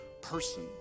person